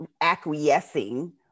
acquiescing